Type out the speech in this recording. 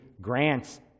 grants